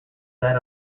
that